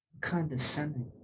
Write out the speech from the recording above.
Condescending